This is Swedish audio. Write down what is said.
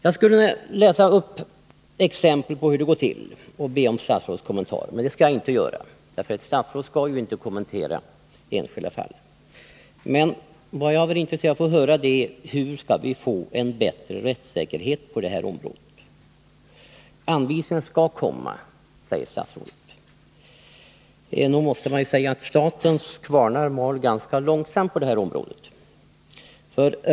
Jag skulle kunna lämna exempel på hur det i verkligheten går till och be om statsrådets kommentar, men det skall jag inte göra. Ett statsråd skall ju inte kommentera enskilda fall. Men jag är intresserad av att få höra hur vi skall få en bättre rättssäkerhet på detta område. Anvisningar skall komma, säger statsrådet. Nog måste man säga att statens kvarnar mal långsamt på detta område.